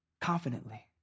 confidently